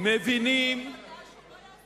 לכל אורך